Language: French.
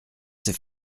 s’est